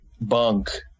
bunk